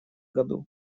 году